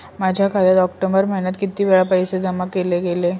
माझ्या खात्यात ऑक्टोबर महिन्यात किती वेळा पैसे जमा केले गेले?